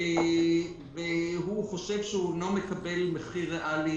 הוא חושב שהוא לא מקבל מחיר ריאלי